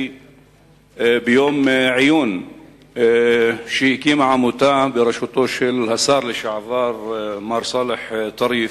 ביום עיון שקיימה עמותה בראשותו של השר לשעבר מר סאלח טריף.